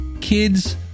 Kids